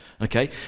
Okay